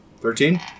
Thirteen